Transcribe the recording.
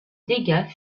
dégâts